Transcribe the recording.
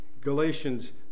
Galatians